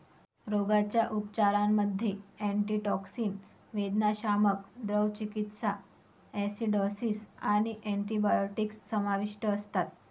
रोगाच्या उपचारांमध्ये अँटीटॉक्सिन, वेदनाशामक, द्रव चिकित्सा, ॲसिडॉसिस आणि अँटिबायोटिक्स समाविष्ट असतात